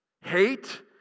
Hate